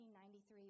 1993